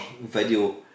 video